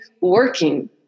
working